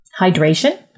Hydration